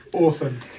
Awesome